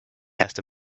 erst